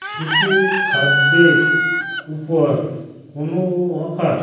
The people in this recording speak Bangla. শিশু খাদ্যের উপর কোনও অফার